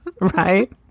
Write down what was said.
right